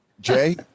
Jay